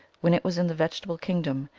when it was in the vegetable kingdom,